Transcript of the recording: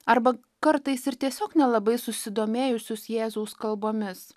arba kartais ir tiesiog nelabai susidomėjusius jėzaus kalbomis